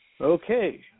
okay